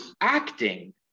acting